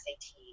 SAT